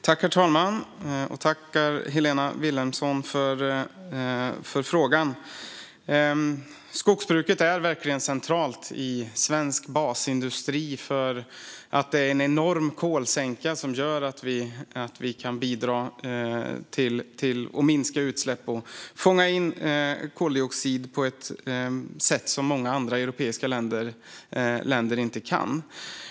Herr talman! Tack, Helena Vilhelmsson, för frågan! Skogsbruket är verkligen centralt i svensk basindustri. Det är en enorm kolsänka som gör att vi kan bidra till att minska utsläpp och fånga in koldioxid på ett sätt som många andra europeiska länder inte kan.